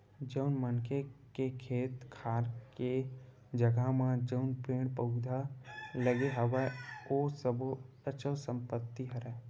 जउन मनखे के खेत खार के जघा म जउन पेड़ पउधा लगे हवय ओ सब्बो अचल संपत्ति हरय